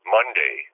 Monday